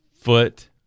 foot